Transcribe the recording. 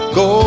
go